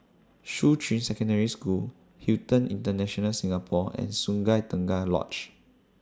Shuqun Secondary School Hilton International Singapore and Sungei Tengah Lodge